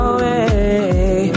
Away